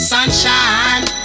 Sunshine